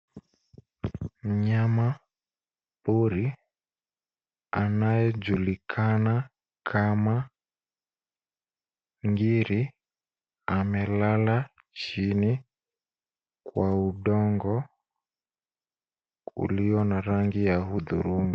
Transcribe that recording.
Mnyama buri, anayejulikana kama ngiri, amelala chini kwa udongo, ulio na rangi ya hudhurungi.